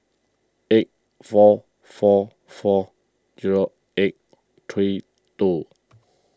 eight four four four zero eight three two